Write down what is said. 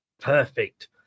perfect